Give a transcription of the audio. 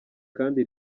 kandi